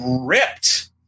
ripped